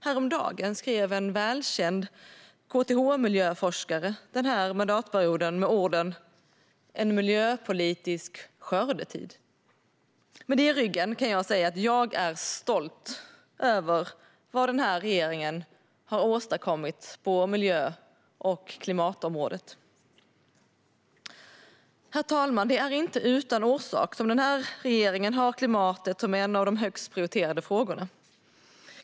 Häromdagen beskrev en välkänd KTH-miljöforskare den här mandatperioden med orden "en miljöpolitisk skördetid". Med det i ryggen är jag stolt över vad den här regeringen har åstadkommit på miljö och klimatområdet. Herr talman! Det är inte utan orsak som den här regeringen har klimatet som en av de högst prioriterade frågorna.